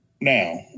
Now